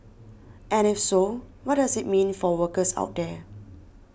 and if so what does it mean for workers out there